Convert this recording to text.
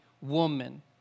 woman